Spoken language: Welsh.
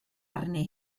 arni